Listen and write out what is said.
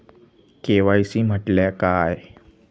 KYC म्हटल्या काय?